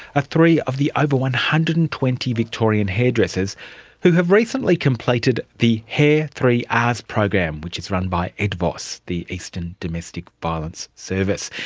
ah three of the over one hundred and twenty victorian hairdressers who have recently completed the hair three rs program which is run by edvos, the eastern domestic violence service.